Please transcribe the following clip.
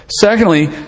Secondly